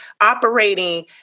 operating